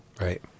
Right